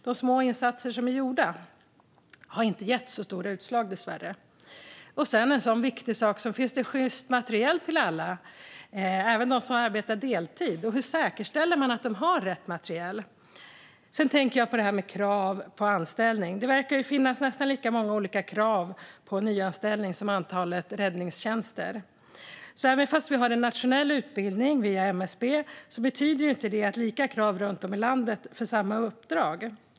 De små insatser som är gjorda har dessvärre inte gett så stort utslag. En annan viktig fråga är om det finns sjyst material till alla, även de som arbetar deltid, och hur man säkerställer att de har rätt material. Sedan tänker jag på det här med krav för anställning. Det verkar ju finnas nästan lika många olika krav vid nyanställning som antalet räddningstjänster. Även om det finns en nationell utbildning via MSB betyder det inte att kraven för samma uppdrag är lika runt om i landet.